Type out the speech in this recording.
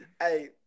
Hey